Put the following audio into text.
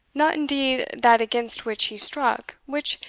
not indeed that against which he struck, which,